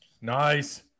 Nice